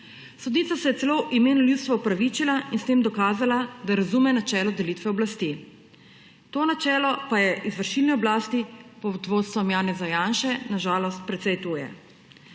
Sodnica se je celo v imenu ljudstva opravičila in s tem dokazala, da razume načelo delitve oblasti. To načelo pa je izvršilni oblasti pod vodstvom Janeza Janše na žalost precej tuje.